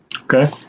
Okay